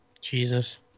Jesus